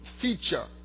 feature